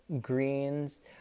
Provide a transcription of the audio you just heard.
greens